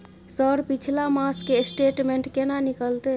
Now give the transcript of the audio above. Sir पिछला मास के स्टेटमेंट केना निकलते?